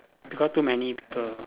because too many people